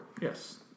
Yes